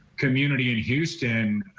community in houston,